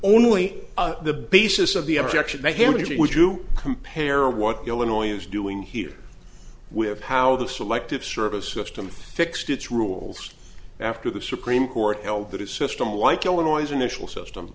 only the basis of the objection that henry would you compare what illinois is doing here with how the selective service system fixed its rules after the supreme court held that a system like illinois initial system